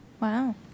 Wow